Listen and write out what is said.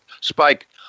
Spike